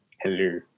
Hello